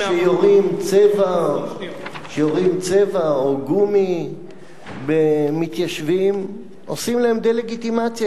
וכשיורים כדורי צבע או גומי במתיישבים עושים להם דה-לגיטימציה,